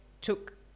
took